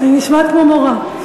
אני נשמעת כמו מורה.